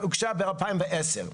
הוגשה ב-2010,